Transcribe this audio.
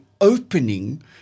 opening